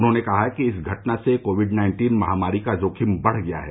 उन्होंने कहा कि इस घटना से कोविड नाइन्टीन महामारी का जोखिम बढ़ गया है